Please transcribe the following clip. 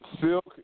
Silk